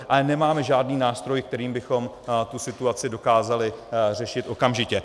Ale nemáme žádný nástroj, kterým bychom tu situaci dokázali řešit okamžitě.